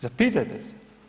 Zapitajte se.